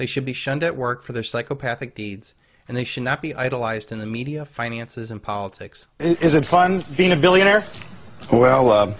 they should be shunned at work for their psychopathic deeds and they should not be idolized in the media finances and politics isn't fun being a billionaire